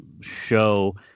show